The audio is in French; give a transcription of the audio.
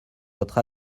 votre